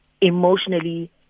emotionally